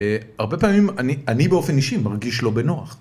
הרבה פעמים אני באופן אישי מרגיש לא בנוח.